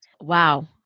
Wow